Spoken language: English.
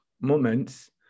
moments